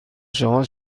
شما